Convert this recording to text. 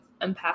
empath